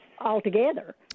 altogether